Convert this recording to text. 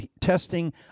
testing